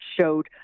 showed